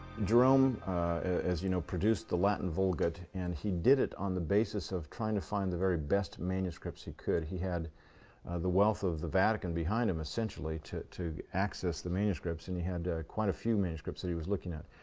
jerome as you know produced the latin vulgate, and he did it on the basis of trying to find the very best manuscripts he could. he had the wealth of the vatican behind him essentially to to access the manuscripts. and he had quite a few manuscripts that he was looking at.